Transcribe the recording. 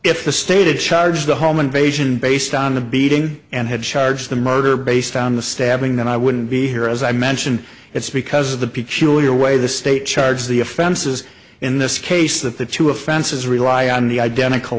if the stated charge the home invasion based on the beating and had charged the murder based on the stabbing then i wouldn't be here as i mentioned it's because of the peculiar way the state charges the offenses in this case that the two offenses rely on the identical